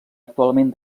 actualment